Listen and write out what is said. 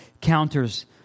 counters